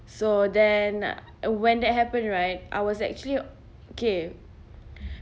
so then when that happened right I was actually okay